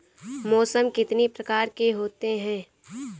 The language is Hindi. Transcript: मौसम कितनी प्रकार के होते हैं?